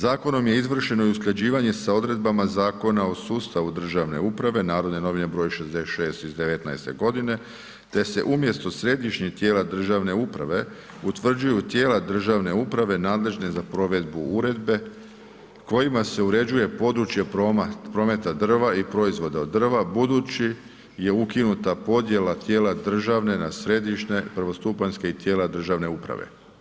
Zakonom je izvršeno i usklađivanje sa odredbama Zakona o sustavu državne uprave, NN br. 66 iz '19.g., te se umjesto Središnjeg tijela državne uprave utvrđuju tijela državne uprave nadležne za provedbu uredbe kojima se uređuje područje prometa drva i proizvoda od drva budući je ukinuta podjela tijela državne na središnje prvostupanjske i tijela državne uprave.